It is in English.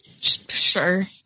Sure